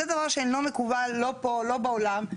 זה דבר שלא מקובל לא פה, לא בעולם.